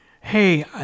hey